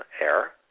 air